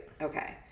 Okay